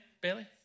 Bailey